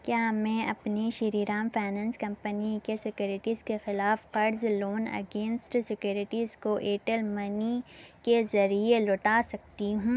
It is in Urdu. کیا میں اپنے شری رام فائنانس کمپنی کے سیکیورٹیز کے خلاف قرض لون اگینسٹ سیکورٹیز کو ایئرٹیل منی کے ذریعے لوٹا سکتی ہوں